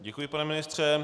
Děkuji, pane ministře.